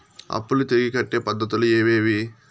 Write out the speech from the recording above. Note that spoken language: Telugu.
అప్పులు తిరిగి కట్టే పద్ధతులు ఏవేవి